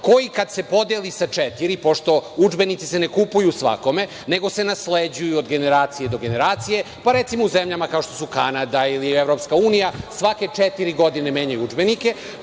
koji kad se podeli sa četiri, pošto udžbenici se ne kupuju svakome, nego se nasleđuju od generacije do generacije, pa, recimo u zemljama kao što su Kanada ili Evropska Unija, svake četiri godine menjaju udžbenike,